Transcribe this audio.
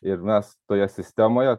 ir mes toje sistemoje